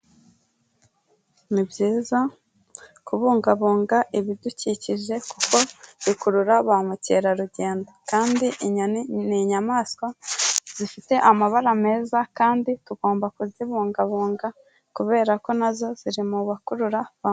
Ni byiza kubungabunga ibidukikije kuko bikurura ba mukerarugendo, kandi inyoni ni inyamaswa zifite amabara meza kandi tugomba kuzibungabunga kubera ko nazo ziri mu bakurura ba mukerarugendo.